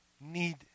need